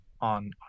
on